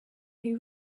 who